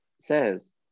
says